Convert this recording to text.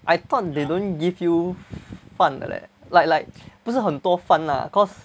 I thought they don't give you 饭 leh like like 不是很多饭 lah cause